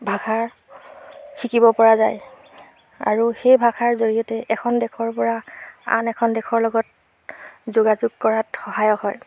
ভাষাৰ শিকিব পৰা যায় আৰু সেই ভাষাৰ জৰিয়তে এখন দেশৰ পৰা আন এখন দেশৰ লগত যোগাযোগ কৰাত সহায়ক হয়